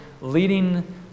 leading